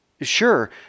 Sure